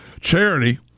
Charity